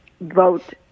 vote